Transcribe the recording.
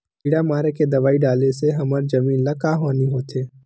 किड़ा मारे के दवाई डाले से हमर जमीन ल का हानि होथे?